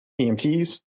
EMTs